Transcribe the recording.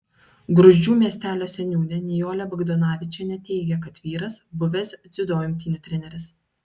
gruzdžių miestelio seniūnė nijolė bagdonavičienė teigė kad vyras buvęs dziudo imtynių treneris